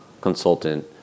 consultant